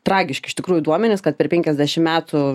tragiški iš tikrųjų duomenys kad per penkiasdešim metų